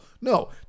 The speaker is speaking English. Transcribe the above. No